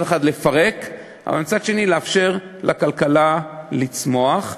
אחד לפרק אבל מצד שני לאפשר לכלכלה לצמוח.